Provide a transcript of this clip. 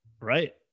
Right